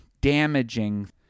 damaging